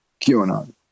QAnon